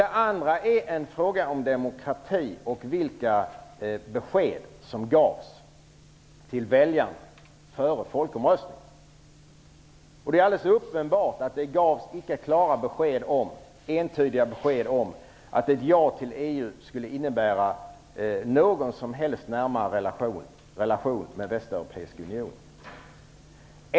Det andra är en fråga om demokrati och vilka besked som gavs till väljarna före folkomröstningen. Det är alldeles uppenbart att det inte gavs klara och entydiga besked om att ett ja till EU skulle innebära någon som helst närmare relation till den västeuropeiska unionen.